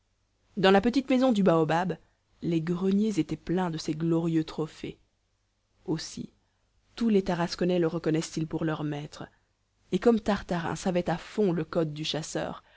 dans la petite maison du baobab les greniers étaient pleins de ces glorieux trophées aussi tous les tarasconnais le reconnaissent ils pour leur maître et comme tartarin savait à page fond le code du chasseur